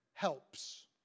Helps